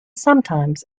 sometimes